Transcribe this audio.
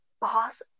boss